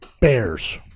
Bears